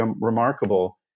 remarkable